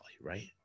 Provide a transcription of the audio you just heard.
right